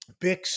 Bix